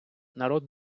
народ